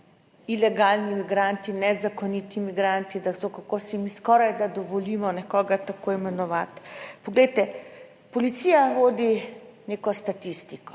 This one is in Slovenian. ilegalni migranti, nezakoniti migranti, to kako si mi skorajda dovolimo nekoga tako imenovati. Poglejte Policija vodi neko statistiko,